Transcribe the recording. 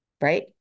Right